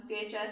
VHS